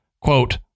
quote